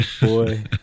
boy